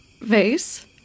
vase